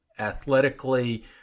Athletically